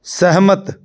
ਸਹਿਮਤ